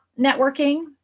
networking